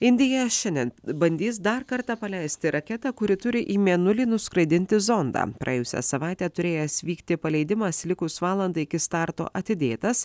indija šiandien bandys dar kartą paleisti raketą kuri turi į mėnulį nuskraidinti zondą praėjusią savaitę turėjęs vykti paleidimas likus valandai iki starto atidėtas